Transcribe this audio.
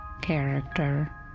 character